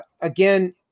again